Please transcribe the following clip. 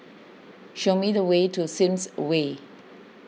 show me the way to Sims Way